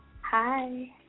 Hi